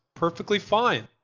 perfectly fine.